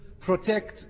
protect